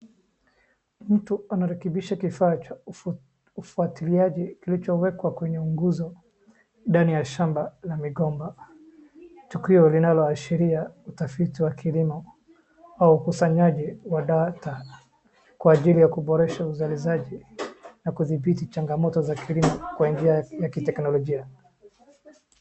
Mtu anarekebisha kifaa cha ufuatiliaji kilichowekwa kwenye uguzo ndani ya shamba la migomba, tukio linaloashiria utafiti wa kilimo au ukusanyaji wa data kwa ajili ya kuboresha uzalishaji na kudhibiti changamoto za kilimo kwa njia za kiteknologia.